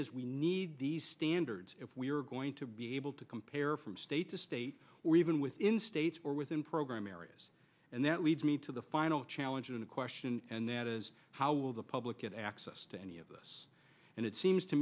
is we need these standards if we're going to be able to compare from state to state or even within states or within program areas and that leads me to the final challenge in a question and that is how will the public get access to any of this and it seems to